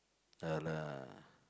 the the